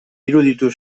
iruditu